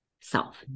self